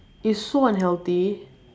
it's so unhealthy